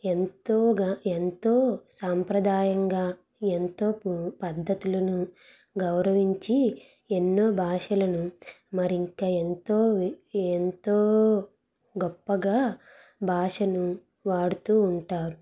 ఎంతో ఎంతో సంప్రదాయంగా ఎంతో పూ పద్ధతులను గౌరవించి ఎన్నో భాషలను మరింత ఎంతో వె ఎంతో గొప్పగా భాషను వాడుతు ఉంటారు